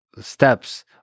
steps